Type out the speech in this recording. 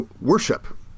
worship